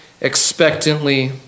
expectantly